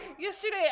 Yesterday